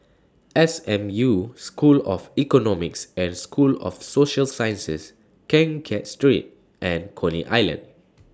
S M U School of Economics and School of Social Sciences Keng Kiat Street and Coney Island